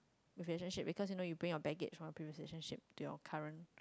relationship because you know you bring your baggage from previous relationship to you current